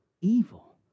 evil